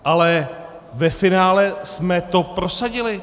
Ale ve finále jsme to prosadili.